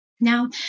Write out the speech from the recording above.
Now